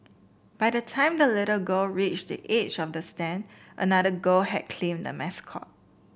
by the time the little girl reached the edge of the stand another girl had claimed the mascot